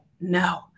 no